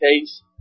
case